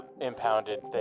impounded